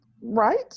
right